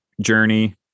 journey